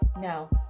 No